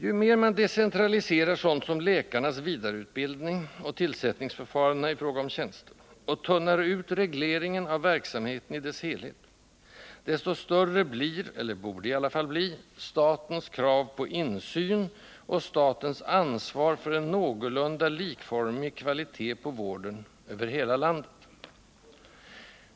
Ju mer man decentraliserar sådant som läkarnas vidareutbildning och tillsättningsförfarandena i fråga om tjänster och tunnar ut regleringen av verksamheten i dess helhet, desto större blir — eller borde i alla fall bli — statens krav på insyn och statens ansvar för en någorlunda likformig kvalitet på vården över hela landet.